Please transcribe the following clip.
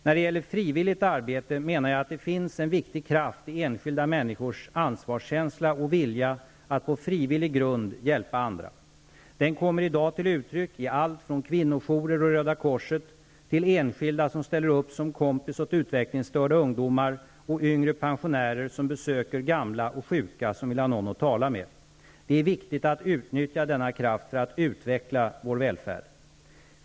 När det gäller frivilligt arbete menar jag att det finns en viktig kraft i enskilda människors ansvarskänsla och vilja att på frivillig grund hjälpa andra. Den kommer i dag till uttryck i allt från kvinnojourer och Röda korset till enskilda som ställer upp som kompis åt utvecklingsstörda ungdomar och yngre pensionärer som besöker gamla och sjuka, som vill ha någon att tala med. Det är viktigt att utnyttja denna kraft för att utveckla vår välfärd.